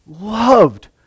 loved